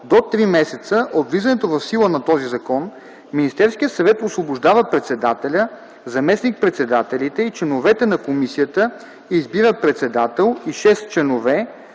до три месеца от влизането в сила на този закон Министерският съвет освобождава председателя, заместник-председателите и членовете на комисията и избира председател и шест членове,